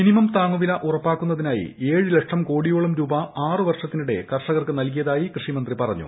minimum താങ്ങുവില ഉറപ്പാക്കുന്നതിനായി ഏഴ് ലക്ഷം കോടിയോളം രൂപ ആറുവർഷത്തിനിടെ കർഷകർക്ക് നൽകിയതായി കൃഷിമന്ത്രി പറഞ്ഞു